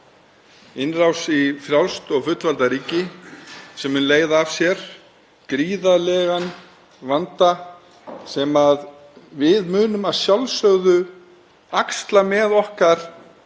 Innrás í frjálst og fullvalda ríki sem mun leiða af sér gríðarlegan vanda sem við munum að sjálfsögðu axla með okkar